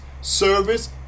service